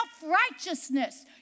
self-righteousness